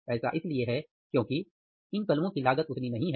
ऐसा इसलिए है क्योंकि इन कलमों की लागत उतनी नहीं है